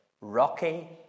rocky